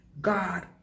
God